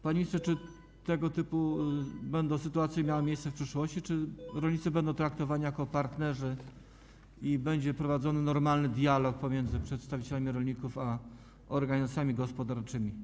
Panie ministrze, czy tego typu sytuacje będą w przyszłości, czy rolnicy będą traktowani jako partnerzy i będzie prowadzony normalny dialog pomiędzy przedstawicielami rolników a organizacjami gospodarczymi?